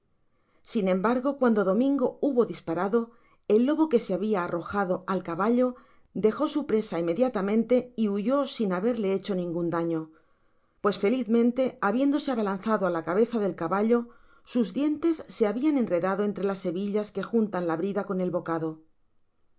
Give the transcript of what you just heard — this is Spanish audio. sin embargo cuando domingo hubo disparado el lobo que se habia arrojado al caballo dejó su presa inmediatamente y huyó sin haberle hecho niogun daño pues felizmente habiéndose abalanzado á la cabeza del caballo sus dientes se habian enredado entre las hebillas que juntan la brida con el bocado el